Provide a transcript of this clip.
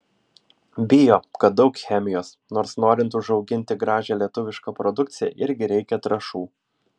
bijo kad daug chemijos nors norint užauginti gražią lietuvišką produkciją irgi reikia trąšų